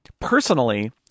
Personally